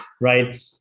Right